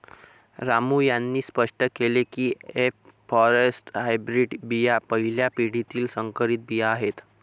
रामू यांनी स्पष्ट केले की एफ फॉरेस्ट हायब्रीड बिया पहिल्या पिढीतील संकरित बिया आहेत